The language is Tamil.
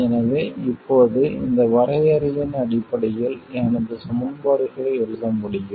எனவே இப்போது இந்த வரையறையின் அடிப்படையில் எனது சமன்பாடுகளை எழுத முடியும்